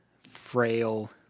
frail